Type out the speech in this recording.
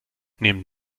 nehmen